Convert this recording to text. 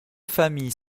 familles